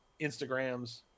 Instagrams